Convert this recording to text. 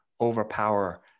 overpower